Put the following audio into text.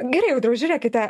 gerai audriau žiūrėkite